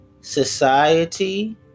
Society